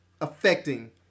affecting